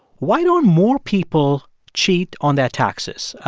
why don't more people cheat on their taxes?